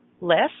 list